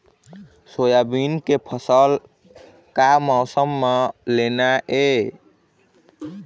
Soybean के फसल का मौसम म लेना ये?